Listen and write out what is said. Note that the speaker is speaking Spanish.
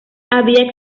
había